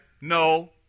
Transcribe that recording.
no